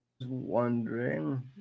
wondering